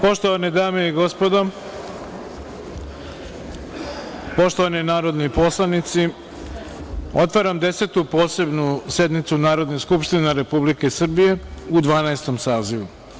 Poštovane dame i gospodo, poštovani narodni poslanici, otvaram Desetu posebnu sednicu Narodne skupštine Republike Srbije u Dvanaestom sazivu.